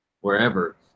wherever